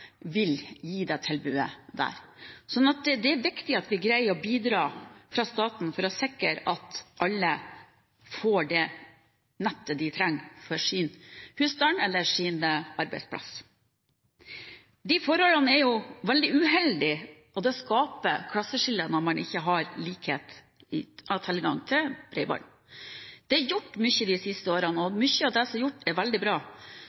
vil gi det tilbudet der. Det er viktig at staten bidrar for å sikre at alle får det nettet de trenger i sin husstand eller på arbeidsplassen. Disse forholdene er veldig uheldige, og det skaper klasseskiller når man ikke har likhet i tilgangen til bredbånd. Det er gjort mye de siste årene, og mye av det som er gjort, er veldig bra.